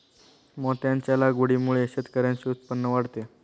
मोत्यांच्या लागवडीमुळे शेतकऱ्यांचे उत्पन्न वाढते